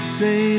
say